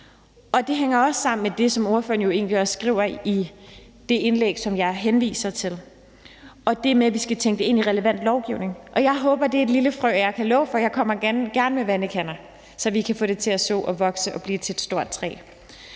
det hænger også sammen med det, som ordføreren egentlig også skriver i det indlæg, som jeg har henviser til, og det med, at vi skal tænke det ind i relevant lovgivning. Jeg håber, det er et lille frø, og jeg kan love for, at jeg gerne kommer med vandkander, så vi kan få det sået og få det til at vokse og blive til et stort træ.